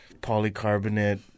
polycarbonate